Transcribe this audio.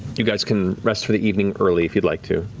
you guys can rest for the evening early if you'd like to,